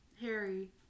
Harry